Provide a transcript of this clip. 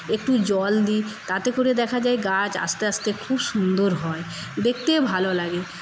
একটু জল দি তাতে করে দেখা যায় গাছ আস্তে আস্তে খুব সুন্দর হয় দেখতে ভালো লাগে